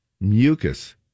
Mucus